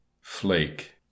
flake